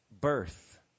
birth